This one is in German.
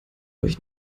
euch